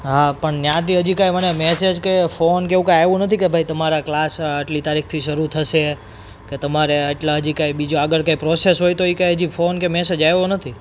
હા પણ ત્યાંથી હજી કાંઈ મને મેસેજ કે ફોન કે એવું કાંઈ આવ્યું નથી કે ભાઈ તમારા ક્લાસ આટલી તારીખથી શરૂ થશે કે તમારે આટલા હજી કાંઈ બીજું કઈ આગળ કાંઈ પ્રોસેસ હોઈ તો ઈ હજી કાંઈ ફોન કે મેસેજ આવ્યો નથી